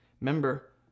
Remember